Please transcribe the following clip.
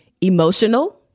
emotional